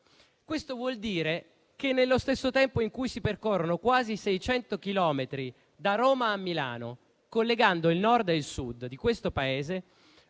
Questo vuol dire che, nello stesso tempo in cui si percorrono quasi 600 chilometri, da Roma a Milano, collegando il Nord e il Sud del Paese,